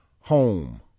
home